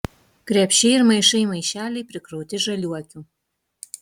krepšiai ir maišai maišeliai prikrauti žaliuokių